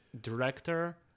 director